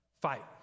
fight